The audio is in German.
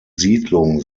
siedlung